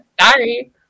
sorry